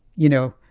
you know,